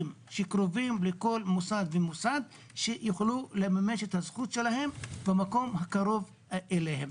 שקרובים לכל מוסד ומוסד שיוכלו לממש את הזכות שלהם במקום הקרוב אליהם,